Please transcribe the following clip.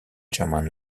german